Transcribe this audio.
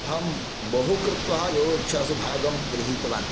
अहं बहु कृत्वा योग्कक्षासु भागं गृहीतवान्